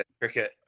cricket